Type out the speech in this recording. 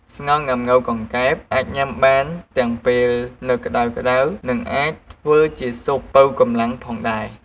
ស្ងោរងាំង៉ូវកង្កែប អាចញុំាបានទាំងពេលនៅក្ដៅៗ និងអាចធ្វើជាស៊ុបប៉ូវកម្លាំងផងដែរ។